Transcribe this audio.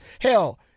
Hell